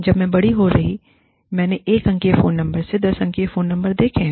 जब मैं बड़ी हो रही मैंने 1 अंकीय फ़ोन नंबर से लेकर 10 अंकीय फ़ोन नंबर देखे हैं